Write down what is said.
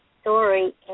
story